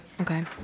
Okay